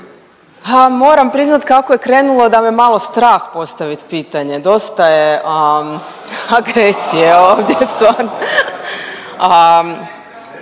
Moram priznat kako je krenulo da me malo strah postavit pitanje, dosta je agresije ovdje stvarno.